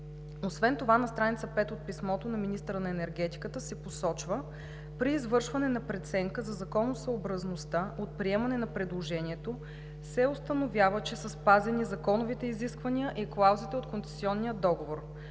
Освен това на страница пета от писмото на министъра на енергетиката се посочва: при извършване на преценка за законосъобразността от приемане на предложението се установява, че са спазени законовите изисквания и клаузите от концесионния договор.